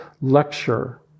lecture